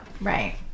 Right